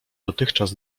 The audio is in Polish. dotychczas